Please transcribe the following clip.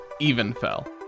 evenfell